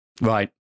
right